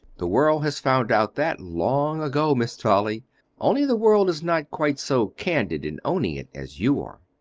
the world has found out that long ago, miss dolly only the world is not quite so candid in owning it as you are.